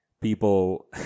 people